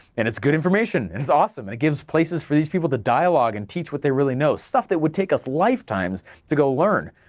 and it's good information and it's awesome, it gives places for these people to dialogue and teach what they would really know, stuff that would take us lifetimes to go learn,